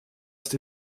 ist